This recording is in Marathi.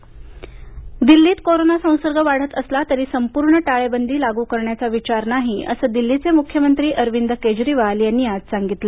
दिल्ली कोविड दिल्लीत कोरोना संसर्ग वाढत असला तरी संपूर्ण टाळेबंदी लागू करण्याचा विचार नाही असं दिल्लीचे मुख्यमंत्री अरविंद केजरीवाल यांनी आज सांगितलं